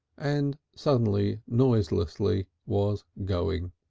and suddenly, noiselessly, was going.